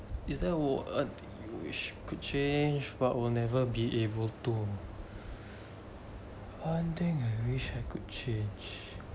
is there a wh~ what you wish you could change but will never be able to to one thing I wish I could change